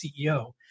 CEO